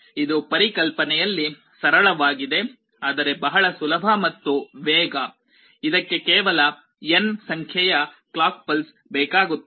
ಇದು ಪರಿಕಲ್ಪನೆಯಲ್ಲಿ ಸರಳವಾಗಿದೆ ಆದರೆ ಬಹಳ ಸುಲಭ ಮತ್ತು ವೇಗ ಇದಕ್ಕೆ ಕೇವಲ n ಸಂಖ್ಯೆಯ ಕ್ಲಾಕ್ ಪಲ್ಸ್ ಬೇಕಾಗುತ್ತವ